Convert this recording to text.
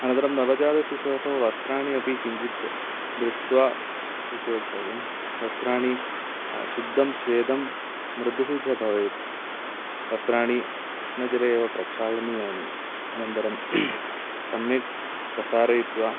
अनन्तरं नवजातशिशोः वस्त्राणि अपि किञ्चित् दृष्ट्वा उपयोक्तव्यम् वस्त्राणि शुद्धं श्वेतम् मृदुः च भवेत् वस्त्राणि उष्णजले एव प्रक्षालनीयानि अनन्तरं सम्यक् प्रसारयित्वा